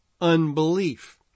unbelief